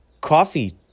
coffee